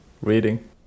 reading